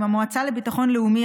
עם המועצה לביטחון לאומי,